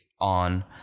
on